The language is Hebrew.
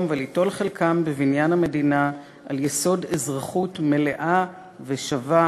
וליטול חלקם בבניין המדינה על יסוד אזרחות מלאה ושווה";